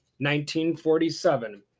1947